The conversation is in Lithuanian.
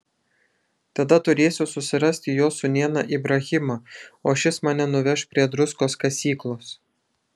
tada turėsiu susirasti jo sūnėną ibrahimą o šis mane nuveš prie druskos kasyklos